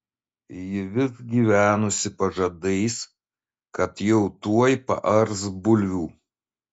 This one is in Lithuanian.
ji vis gyvenusi pažadais kad jau tuoj paars bulvių